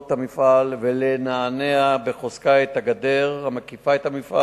המפעל ולנענע בחוזקה את הגדר המקיפה אותו,